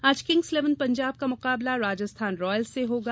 आज Kings Eleven Punjab का मुकाबला राजस्थान रॉयल्स से होगा